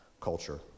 culture